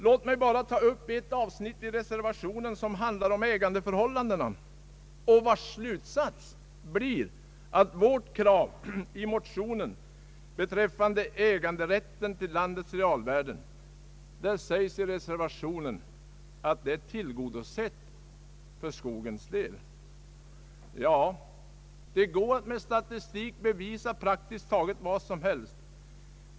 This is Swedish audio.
Låt mig sedan bara ta upp det avsnitt i reservationen som handlar om ägandeförhållandena och vars slutsats blir att vårt krav »beträffande äganderätten till landets realvärden är tillgodosett för skogens del». Ja, det går att med statistik bevisa praktiskt taget vad som helst.